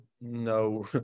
No